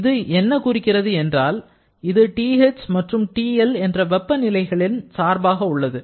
இது என்ன குறிக்கிறது என்றால் இது TH மற்றும் TL என்ற வெப்ப நிலைகளில் சார்பாக உள்ளது